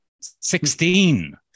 Sixteen